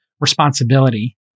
responsibility